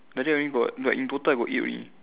like that only got like in total got eight only